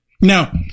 Now